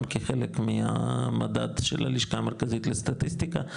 כחלק מהמדד של הלשכה המרכזית לסטטיסטיקה,